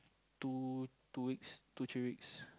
two two weeks two three weeks